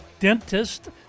dentist